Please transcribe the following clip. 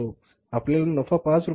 आपला नफा 5 रुपये एवढा आहे